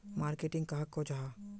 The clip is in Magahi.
मार्केटिंग कहाक को जाहा?